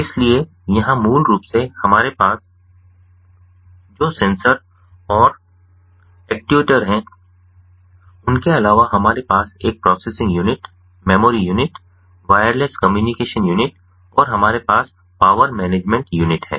इसलिए यहां मूल रूप से हमारे पास जो सेंसर और एक्ट्यूएटर हैं उनके अलावा हमारे पास एक processing unit memory unit wireless communication unit और हमारे पास पावर मैनेजमेंट यूनिट है